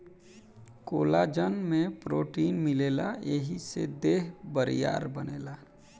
collagen में protein मिलेला एही से देह बरियार बनेला